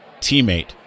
teammate